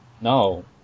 No